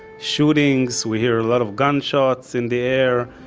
shootings, we hear a lot of gunshots in the air.